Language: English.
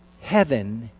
heaven